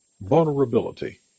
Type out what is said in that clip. Vulnerability